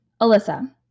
Alyssa